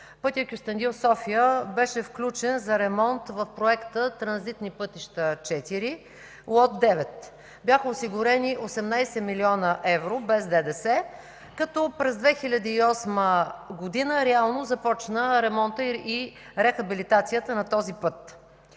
пътят Кюстендил ¬– София беше включен за ремонт в Проекта „Транзитни пътища 4”, Лот 9. Бяха осигурени 18 млн. евро без ДДС, като през 2008 г. реално започна ремонтът и рехабилитацията на този път.